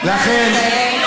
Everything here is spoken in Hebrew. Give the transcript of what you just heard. לכן,